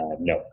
No